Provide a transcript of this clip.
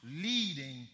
leading